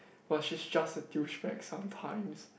but shes just a distract sometimes